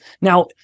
Now